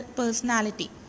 personality